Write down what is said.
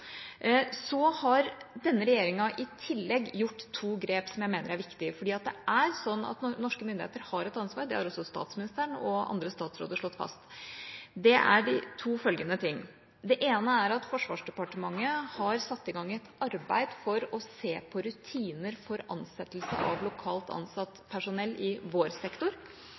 Denne regjeringa har i tillegg tatt to grep som jeg mener er viktig – for det er sånn at norske myndigheter har et ansvar, det har også statsministeren og andre statsråder slått fast – og det er to følgende ting: Det ene er at Forsvarsdepartementet har satt i gang et arbeid for å se på rutiner for ansettelser av lokalt ansatt personell i vår sektor,